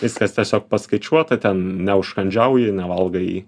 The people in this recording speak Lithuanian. viskas tiesiog paskaičiuota ten neužkandžiauji nevalgai